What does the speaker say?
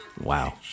Wow